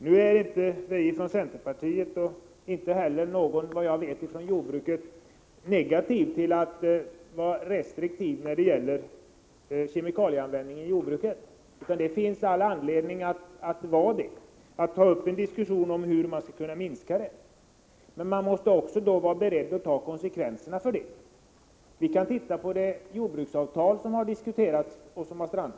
Nu är inte vi ifrån centerpartiet — och inte heller någon från jordbruket, vad jag vet — negativ till att vara restriktiv när det gäller kemikalieanvändning i jordbruket. Det finns all anledning att vara restriktiv, att ta upp diskussioner om hur man kan minska kemikalieanvändningen. Men vi måste också vara beredda att ta konsekvenserna av detta. Vi kan se på det jordbruksavtal som har diskuterats, där förhandlingarna har strandat.